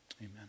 Amen